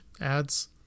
ads